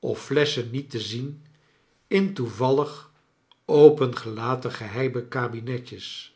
of flesschen niet te zien in toevallig opengelaten geheime kabinetjes